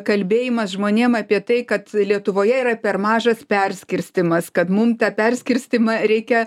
kalbėjimas žmonėm apie tai kad lietuvoje yra per mažas perskirstymas kad mum tą perskirstymą reikia